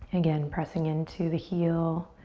again, pressing into the heel,